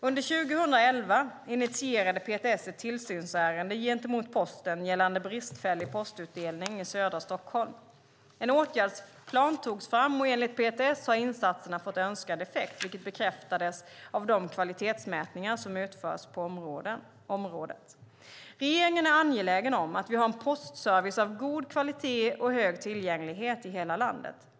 Under 2011 initierade PTS ett tillsynsärende gentemot Posten gällande bristfällig postutdelning i södra Stockholm. En åtgärdsplan togs fram, och enligt PTS har insatserna fått önskad effekt, vilket bekräftades av de kvalitetsmätningar som utförs på området. Regeringen är angelägen om att vi har en postservice av god kvalitet och hög tillgänglighet i hela landet.